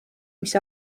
mis